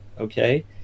okay